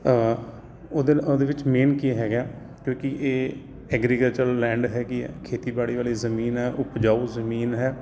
ਉਹਦੇ ਉਹਦੇ ਵਿੱਚ ਮੇਨ ਕੀ ਹੈਗਾ ਕਿਉਕਿ ਇਹ ਐਗਰੀਕਲਚਰ ਲੈਂਡ ਹੈਗੀ ਹੈ ਖੇਤੀਬਾੜੀ ਵਾਲੀ ਜ਼ਮੀਨ ਹੈ ਉਪਜਾਊ ਜ਼ਮੀਨ ਹੈ